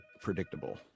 predictable